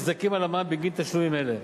מזדכים על המע"מ בגין תשלומים אלה.